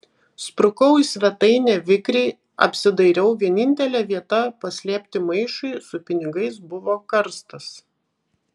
sprukau į svetainę vikriai apsidairiau vienintelė vieta paslėpti maišui su pinigais buvo karstas